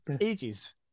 ages